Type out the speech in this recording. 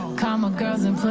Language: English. call my girls and